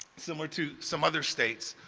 similar to some other states,